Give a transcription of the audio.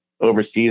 overseas